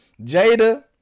Jada